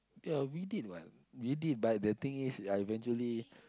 ya we did what we did but the thing is I eventually